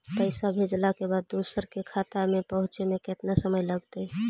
पैसा भेजला के बाद दुसर के खाता में पहुँचे में केतना समय लगतइ?